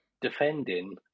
defending